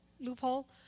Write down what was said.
loophole